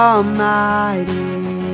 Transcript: Almighty